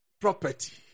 property